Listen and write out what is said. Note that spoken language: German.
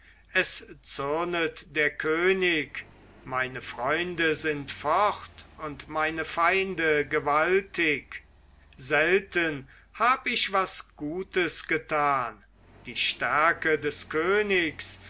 es zürnet der könig meine freunde sind fort und meine feinde gewaltig selten hab ich was gutes getan die stärke des königs